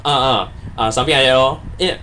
uh uh uh something like that lor eh